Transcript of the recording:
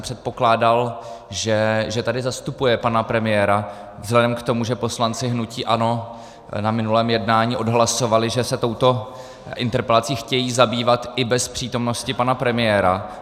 Předpokládal jsem, že tady zastupuje pana premiéra vzhledem k tomu, že poslanci hnutí ANO na minulém jednání odhlasovali, že se touto interpelací chtějí zabývat i bez přítomnosti pana premiéra.